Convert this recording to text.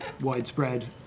widespread